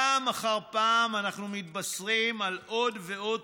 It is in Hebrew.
פעם אחר פעם אנחנו מתבשרים על עוד ועוד